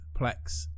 Plex